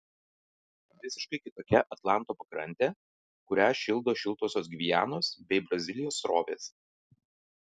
visiškai kitokia atlanto pakrantė kurią šildo šiltosios gvianos bei brazilijos srovės